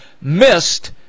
missed